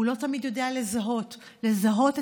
והוא לא תמיד יודע לזהות את העובדה